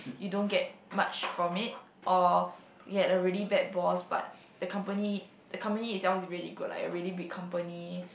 you don't get much from it or you had a really bad boss but the company the company itself is really good like a really big company